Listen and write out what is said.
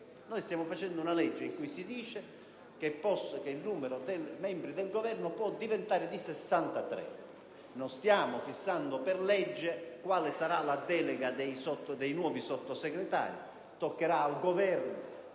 Noi stiamo approvando una legge in cui si dice che il numero dei membri del Governo può raggiungere le 63 unità. Non stiamo fissando per legge quale sarà la delega dei nuovi Sottosegretari; toccherà al Governo,